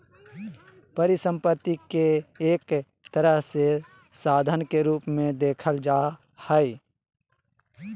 परिसम्पत्ति के एक तरह से साधन के रूप मे देखल जा हय